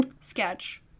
Sketch